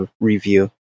review